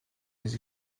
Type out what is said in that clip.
les